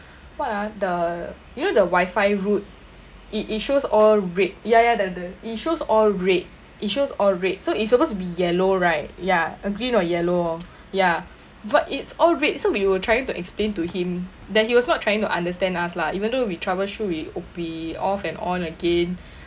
what ah the you know the wifi route it it shows all red ya ya the the it shows all red it shows all red so it's supposed to be yellow right ya uh green or yellow ya but it's all red so we were try to explain to him then he was not trying to understand us lah even though we troubleshoot we op~ off and on again